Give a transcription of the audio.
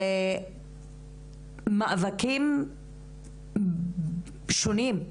זה מאבקים שונים,